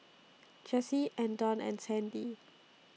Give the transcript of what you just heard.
Jessie Andon and Sandi